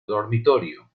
dormitorio